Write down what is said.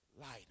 lighter